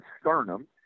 sternum